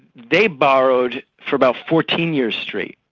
they borrowed for about fourteen years straight.